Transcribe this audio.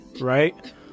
right